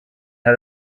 had